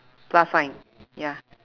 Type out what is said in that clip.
plus sign ya